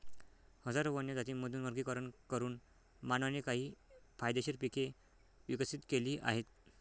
हजारो वन्य जातींमधून वर्गीकरण करून मानवाने काही फायदेशीर पिके विकसित केली आहेत